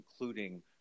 including